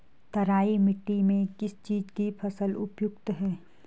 तराई मिट्टी में किस चीज़ की फसल उपयुक्त है?